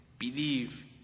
believe